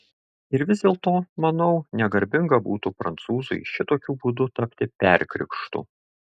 ir vis dėlto manau negarbinga būtų prancūzui šitokiu būdu tapti perkrikštu